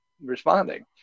responding